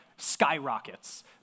skyrockets